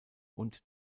und